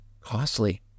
costly